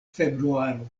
februaro